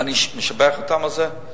ואני משבח אותם על זה,